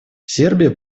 сербия